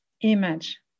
image